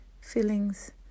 feelings